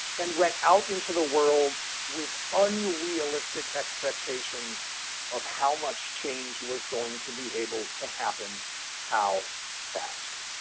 and went out into the world with unrealistic expectations of how much change was going to be able to happen how fast.